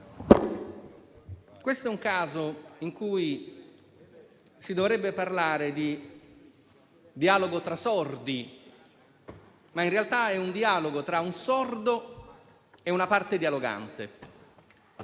questo è un caso in cui si dovrebbe parlare di dialogo tra sordi; ma in realtà è un dialogo tra un sordo e una parte dialogante.